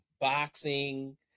boxing